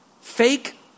fake